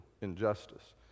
injustice